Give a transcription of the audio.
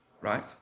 right